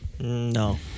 No